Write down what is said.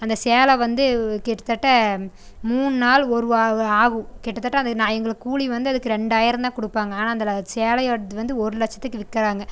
அந்த சேலை வந்து கிட்டத்தட்ட மூணு நாள் ஒரு வா க ஆகும் கிட்டத்தட்ட அது நா எங்களுக்கு கூலி வந்து அதுக்கு ரெண்டாயிரம்தான் கொடுப்பாங்க ஆனால் அந்த ல சேலையோடது வந்து ஒரு லட்சத்துக்கு விற்கறாங்க